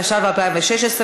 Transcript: התשע"ז 2016,